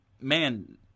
man